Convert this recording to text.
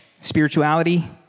Spirituality